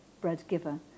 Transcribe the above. bread-giver